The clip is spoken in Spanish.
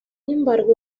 embargo